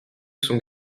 sont